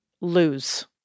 lose